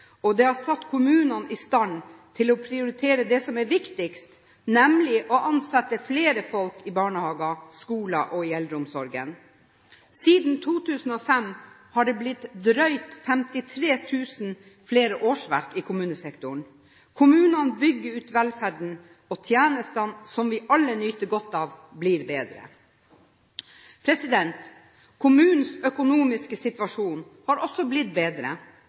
kommunesektoren. Det har satt kommunene i stand til å prioritere det som er viktigst, nemlig å ansette flere folk i barnehager, skoler og i eldreomsorgen. Siden 2005 har det blitt drøyt 53 000 flere årsverk i kommunesektoren. Kommunene bygger ut velferden, og tjenestene som vi alle nyter godt av, blir bedre. Kommunenes økonomiske situasjon har også blitt bedre.